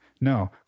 No